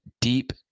deep